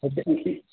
అయితే